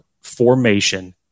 formation